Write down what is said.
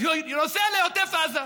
אז הוא נוסע לעוטף עזה.